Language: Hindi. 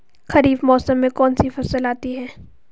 खरीफ मौसम में कौनसी फसल आती हैं?